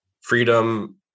freedom